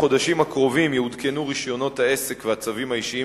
בחודשים הקרובים יעודכנו רשיונות העסק והצווים האישיים